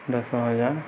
ଦଶ ହଜାର